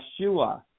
Yeshua